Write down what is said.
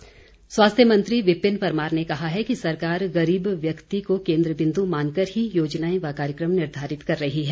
परमार स्वास्थ्य मंत्री विपिन परमार ने कहा है कि सरकार गरीब व्यक्ति को केन्द्र बिन्दु मानकर ही योजनाएं व कार्यक्रम निर्धारित कर रही है